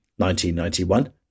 1991